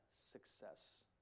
success